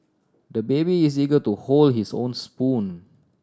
the baby is eager to hold his own spoon